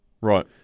Right